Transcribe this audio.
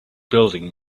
building